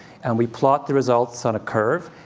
and we plot the results on a curve,